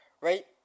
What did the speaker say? right